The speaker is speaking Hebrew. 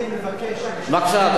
אני מבקש, בבקשה.